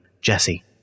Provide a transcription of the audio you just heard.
Jesse